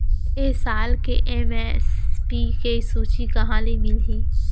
ए साल के एम.एस.पी के सूची कहाँ ले मिलही?